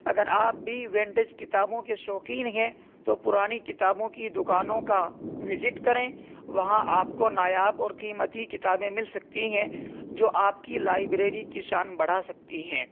اگر آپ بھی ونٹیج کتابوں کے شوقین ہیں تو پرانی کتابوں کی دوکانوں کا ویزٹ کریں وہاں آپ کو نایاب اور قیمتی کتابیں مل سکتی ہیں جو آپ کی لائبریری کی شان بڑھا سکتی ہیں